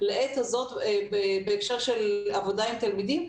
לעת הזו בהקשר של עבודה עם תלמידים,